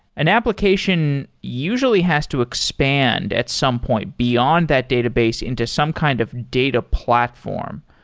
an application usually has to expand at some point beyond that database into some kind of data platform.